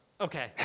Okay